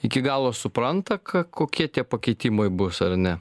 iki galo supranta ka kokie tie pakeitimai bus ar ne